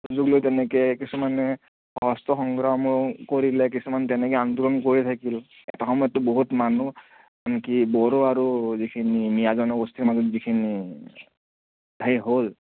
সুযোগ লৈ তেনেকৈ কিছুমানে অস্ত্ৰ সংগ্ৰামো কৰিলে কিছুমান তেনেকৈ আন্দোলন কৰি থাকিল এটা সময়ততো বহুত মানুহ আনকি বড়ো আৰু যিখিনি মিঞা জনগোষ্ঠীৰ মানুহ যিখিনি সেই হ'ল